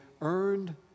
earned